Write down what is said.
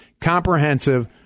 comprehensive